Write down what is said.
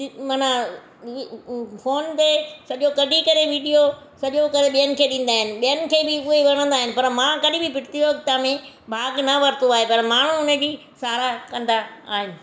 मना वि फ़ोन ते सॼो कॾी करे वीडियो सॼो करे ॿेअनि खे ॾींदा आहिनि ॿियनि खे बि उहे वणंदा आहिनि पर मां कॾहिं बि प्रतियोगता में भाग न वठितो आहे पर माण्हू उन जी सार कंदा आहिनि